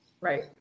Right